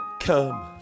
Come